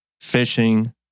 fishing